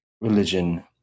religion